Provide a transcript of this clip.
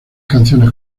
canciones